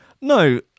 No